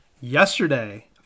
Yesterday